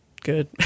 good